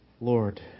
Lord